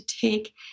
take